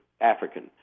African